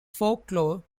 folklore